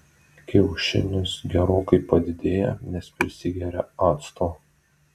kiaušinis gerokai padidėja nes prisigeria acto